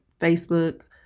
Facebook